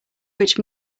which